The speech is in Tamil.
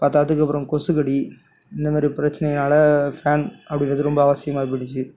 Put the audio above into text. பத்தாததுக்கு அப்புறம் கொசுக்கடி இந்த மாதிரி பிரச்சனையினால் ஃபேன் அப்படின்றது ரொம்ப அவசியமாக போய்டுச்சு